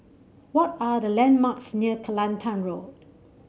what are the landmarks near Kelantan Road